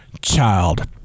child